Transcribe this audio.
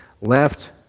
Left